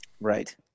Right